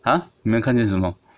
!huh! 没有看见什么